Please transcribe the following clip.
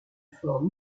effort